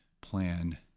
plan